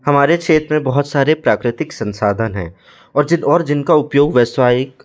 हमारे क्षेत्र में बहुत सारे प्राकृतिक संसाधन हैं और जिद और जिनका उपयोग व्यसायिक